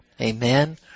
Amen